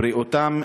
בריאותם,